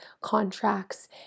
contracts